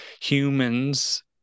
humans